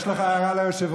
אם יש לך הערה ליושב-ראש,